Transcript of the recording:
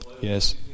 Yes